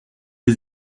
les